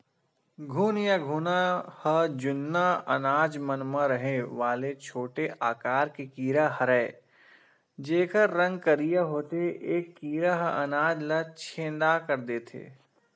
घुन या घुना ह जुन्ना अनाज मन म रहें वाले छोटे आकार के कीरा हरयए जेकर रंग करिया होथे ए कीरा ह अनाज ल छेंदा कर देथे